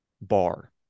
bar